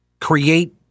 create